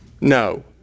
No